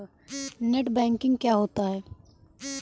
Net banking क्या होता है?